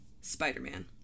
Spider-Man